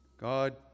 God